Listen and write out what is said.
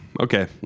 Okay